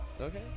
Okay